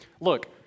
look